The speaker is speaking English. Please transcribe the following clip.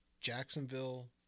Jacksonville